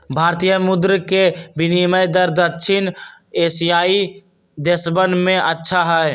भारतीय मुद्र के विनियम दर दक्षिण एशियाई देशवन में अच्छा हई